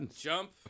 Jump